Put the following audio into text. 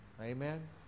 Amen